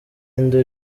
inde